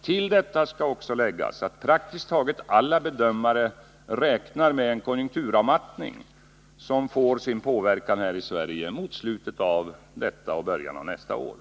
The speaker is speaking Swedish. Till detta skall läggas att praktiskt taget alla bedömare räknar med en konjunkturavmattning, som får sin verkan här i Sverige i slutet av detta och början av nästa år.